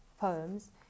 poems